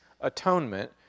atonement